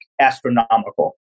astronomical